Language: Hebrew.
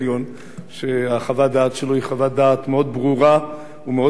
שחוות הדעת שלו היא חוות דעת מאוד ברורה ומאוד חד-משמעית.